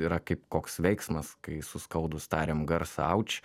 yra kaip koks veiksmas kai suskaudus tariam garsą auč